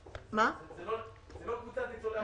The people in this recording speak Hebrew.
זו לא קבוצת ניצולי השואה.